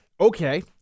okay